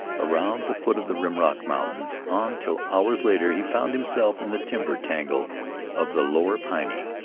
around the foot of the rimrock mountain on, till hours later he found himself in the timber-tangle of the lower piney,